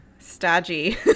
Stodgy